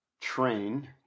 train